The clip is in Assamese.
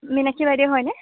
মিনাক্ষী বাইদেউ হয়নে